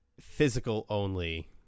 physical-only